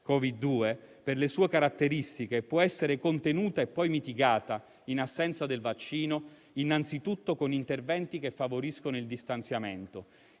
SARS-CoV-2, per le sue caratteristiche, può essere contenuta e poi mitigata, in assenza del vaccino, innanzitutto con interventi che favoriscono il distanziamento.